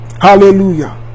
Hallelujah